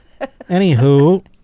Anywho